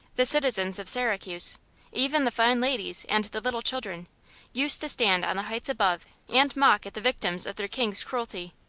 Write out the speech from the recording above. the citizens of syracuse even the fine ladies and the little children used to stand on the heights above and mock at the victims of their king's cruelty.